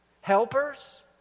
Helpers